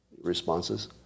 responses